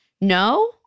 no